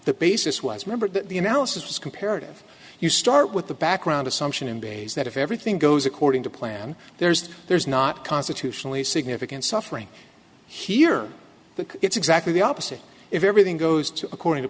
the basis was member that the analysis was comparative you start with the background assumption and bays that if everything goes according to plan there's there's not constitutionally significant suffering here but it's exactly the opposite if everything goes according to